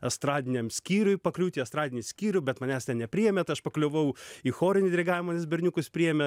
estradiniam skyriuj pakliūt į estradinį skyrių bet manęs ten nepriėmė tai aš pakliuvau į chorinį dirigavimą nes berniukus priėmė